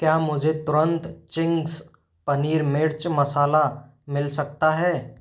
क्या मुझे तुरंत चिंग्स पनीर मिर्च मसाला मिल सकता है